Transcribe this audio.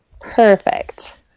Perfect